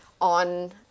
on